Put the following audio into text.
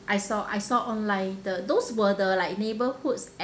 I saw I saw online the those were the like neighbourhoods